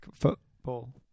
Football